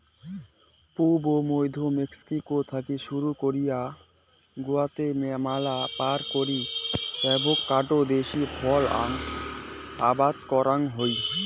পুব ও মইধ্য মেক্সিকো থাকি শুরু করি গুয়াতেমালা পার করি অ্যাভোকাডো দেশী ফল আবাদ করাং হই